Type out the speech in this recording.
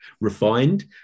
refined